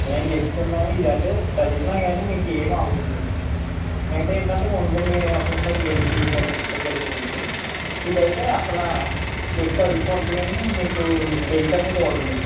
మేము చెప్తున్నాం ఇది అయితే తడిసినా కానీ మీకు ఏమవదండి మిగతావి ఏంటంటే కొన్ని కొన్ని ఒక్కోసారి బెల్టులు ఊడిపోవడం గట్రా జరుగుతుంది ఇది అయితే అసలు చెప్పు అరిగిపోతుంది కానీ మీకు బెల్టు అనేది ఊడదండి